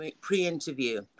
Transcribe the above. pre-interview